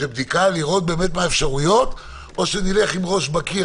או שנלך עם ראש בקיר?